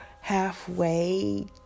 halfway